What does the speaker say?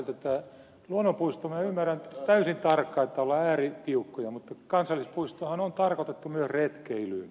luonnonpuiston minä ymmärrän täysin tarkkaan että ollaan ääritiukkoja mutta kansallispuistohan on tarkoitettu myös retkeilyyn